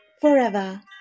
forever